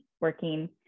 working